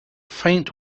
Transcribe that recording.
faint